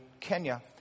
Kenya